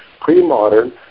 pre-modern